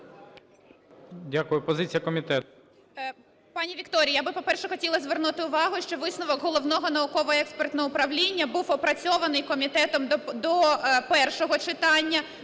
Дякую. Позиція комітету.